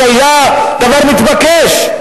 שהיה דבר מתבקש?